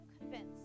convinced